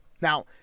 Now